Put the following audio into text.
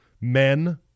men